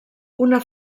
una